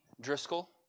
Driscoll